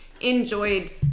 enjoyed